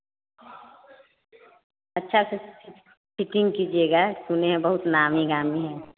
अच्छा से फिटिंग कीजिएगा सुने हैं बहुत नामी गामी हैं